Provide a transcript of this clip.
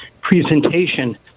presentation